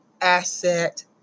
asset